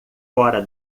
fora